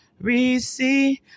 receive